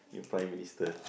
new Prime Minister